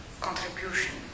contribution